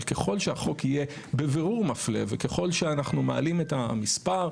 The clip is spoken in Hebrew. אבל ככל שהחוק יהיה בבירור מפלה וככל שאנחנו מעלים את המספר,